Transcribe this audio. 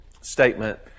statement